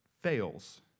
fails